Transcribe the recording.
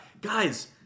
Guys